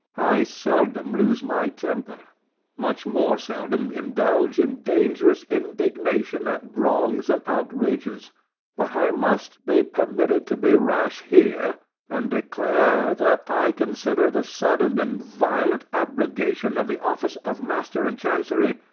i seldom lose my temper much more seldom indulge in dangerous indignation at wrongs and outrages but i must be permitted to be rash here and declare, that i consider the sudden and violent abrogation of the office of master in chancery,